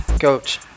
Coach